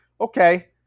okay